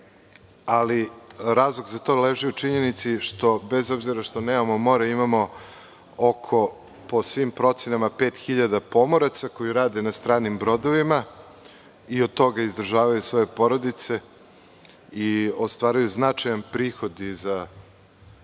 Razlog za to leži u činjenici što, bez obzira što nemamo more, imamo oko 5.000 pomoraca koji rade na stranim brodovima i od toga izdržavaju svoje porodice i ostvaruju značajan prihod i za